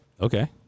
Okay